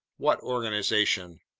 what organization?